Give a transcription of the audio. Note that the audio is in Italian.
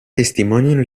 testimoniano